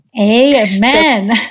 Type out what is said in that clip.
Amen